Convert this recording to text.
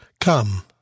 Come